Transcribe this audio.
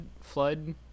flood